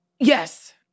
Yes